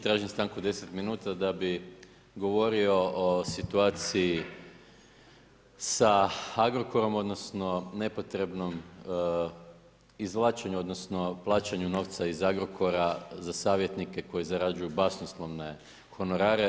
Tražim stanku od deset minuta da bi govorio o situaciji sa Agrokorom odnosno nepotrebnom izvlačenju odnosno plaćanju novca iz Agrokora za savjetnike koji zarađuju basnoslovne honorare.